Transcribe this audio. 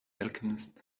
alchemist